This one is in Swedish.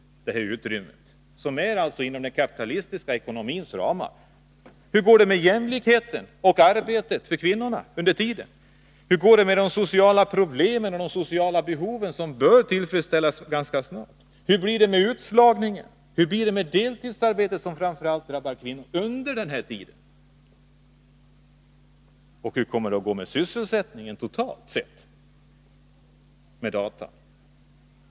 Men innan det här utrymmet har skapats, inom den kapitalistiska ekonomins ramar, hur går det med jämlikheten och arbetet för kvinnorna under tiden? Hur går det med de sociala problemen och de sociala behoven som bör tillfredsställas ganska snart? Hur blir det med utslagningen? Hur blir det med deltidsarbetet, som framför allt drabbar kvinnan? Och hur kommer det att gå med sysselsättningen totalt, med datateknikens insteg?